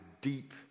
deep